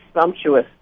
sumptuous